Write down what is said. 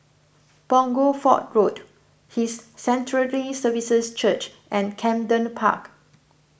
Punggol Fort Road His Sanctuary Services Church and Camden Park